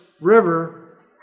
river